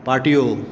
पार्टियो